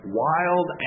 wild